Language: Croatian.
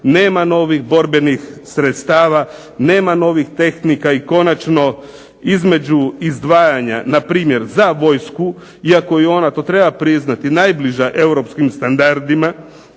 nema novih borbenih sredstava, nema novih tehnika i konačno, između izdvajanja npr. za vojsku, iako je i ona to treba priznati najbliža europskim standardima